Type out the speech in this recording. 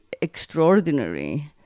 extraordinary